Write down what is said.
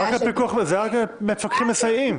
זה רק מפקחים מסייעים.